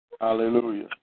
Hallelujah